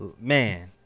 Man